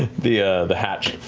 the ah the hatch